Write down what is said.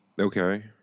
okay